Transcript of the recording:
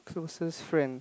closest friend